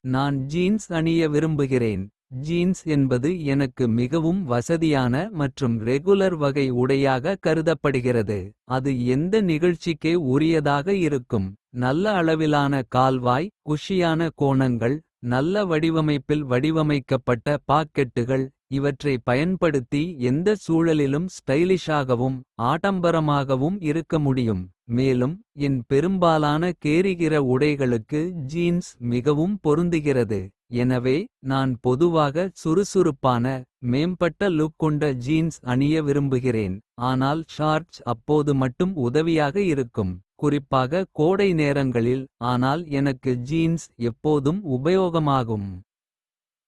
நான் ஜீன்ஸ் அணிய விரும்புகிறேன் ஜீன்ஸ் என்பது. மிகவும் வசதியான மற்றும் ரெகுலர் வகை உடையாக கருதப்படுகிறது. அது எந்த நிகழ்ச்சிக்கே உரியதாக இருக்கும். நல்ல அளவிலான கால்வாய் குஷியான கோணங்கள். நல்ல வடிவமைப்பில் வடிவமைக்கப்பட்ட பாக்கெட்டுகள். இவற்றை பயன்படுத்தி எந்த சூழலிலும் ஸ்டைலிஷாகவும். ஆடம்பரமாகவும் இருக்க முடியும் மேலும் என் பெரும்பாலான. கேரிகிற உடைகளுக்கு ஜீன்ஸ் மிகவும் பொருந்துகிறது எனவே. நான் பொதுவாக சுறுசுறுப்பான மேம்பட்ட லுக் கொண்ட. ஜீன்ஸ் அணிய விரும்புகிறேன் ஆனால் ஷார்ட்ஸ். அப்போது மட்டும் உதவியாக இருக்கும். குறிப்பாக கோடை நேரங்களில். னால் எனக்கு ஜீன்ஸ் எப்போதும் உபயோகமாகும்.